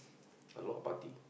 a lot of party